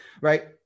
right